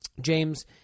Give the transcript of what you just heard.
James